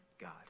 God